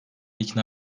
ikna